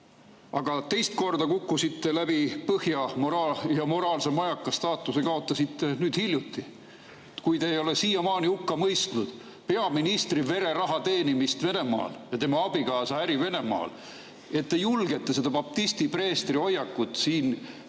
Aga teist korda kukkusite läbi põhja ja moraalse majaka staatuse kaotasite nüüd hiljuti, kui te ei ole siiamaani hukka mõistnud peaministri vereraha teenimist Venemaal, tema abikaasa äri Venemaal. Te julgete seda baptisti preestri hoiakut siin [kasutada]